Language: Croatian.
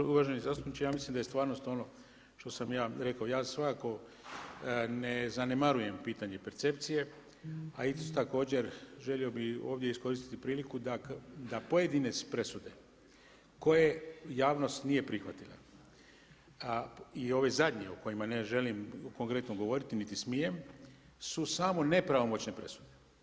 Ja se uvaženi zastupniče, ja mislim, da je stvarno, stvarno, što sam ja rekao, ja svakako ne zanemarujem pitanje percepcije, a isto, također, želio bi ovdje iskoristiti priliku da pojedine presude koje javnost nije prihvatila i ove zadnje o kojima ne želim konkretno govoriti niti smijem su samo nepravomoćne presude.